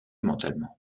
mentalement